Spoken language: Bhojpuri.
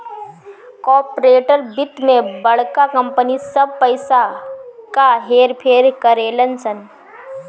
कॉर्पोरेट वित्त मे बड़का कंपनी सब पइसा क हेर फेर करेलन सन